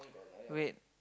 wait